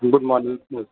good morning બોલો